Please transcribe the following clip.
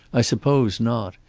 i suppose not.